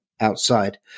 outside